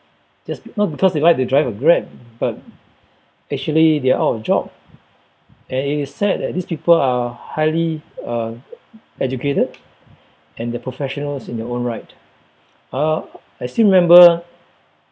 just not because they like to drive a Grab but actually they're out of job and it is sad that these people are highly uh educated and they're professionals in their own right uh I still remember